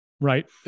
right